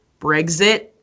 Brexit